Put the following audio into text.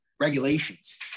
regulations